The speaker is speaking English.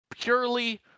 Purely